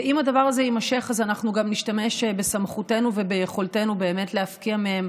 ואם הדבר הזה יימשך אנחנו נשתמש גם בסמכותנו וביכולתנו להפקיע מהם